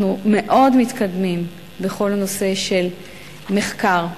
אנחנו מאוד מתקדמים בנושא של מחקר,